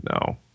No